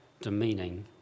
demeaning